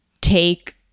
take